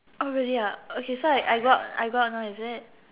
oh really ah okay so I I go I go out now is it